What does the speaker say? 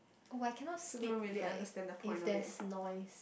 oh I cannot sleep like if there's noise